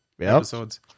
episodes